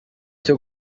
cyo